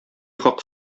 хак